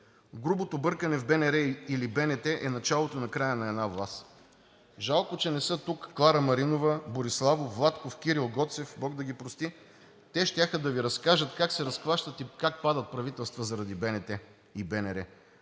Грубото бъркане в БНР или БНТ е началото на края на една власт. Жалко, че не са тук Клара Маринова, Бориславов, Владков, Кирил Гоцев, Бог да ги прости! Те щяха да Ви разкажат как се разклащат и как падат правителства заради БНТ и БНР.